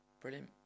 Brilliant